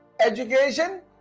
education